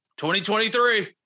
2023